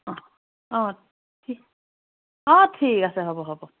অ অ ঠিক অ ঠিক আছে হ'ব হ'ব